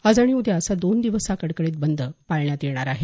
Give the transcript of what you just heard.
आज आणि उद्या असा दोन दिवस हा कडकडीत बंद पाळण्यात येणार आहे